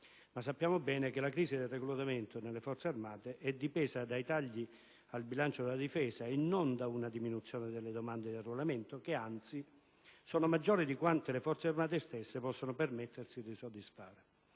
Sappiamo bene che la crisi del reclutamento nelle Forze armate è dipesa dai tagli al bilancio della Difesa e non da una diminuzione delle domande di arruolamento, che, anzi, sono maggiori di quanto le Forze armate stesse possano permettersi di soddisfare.